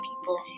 people